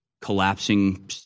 collapsing